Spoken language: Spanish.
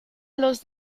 los